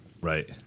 right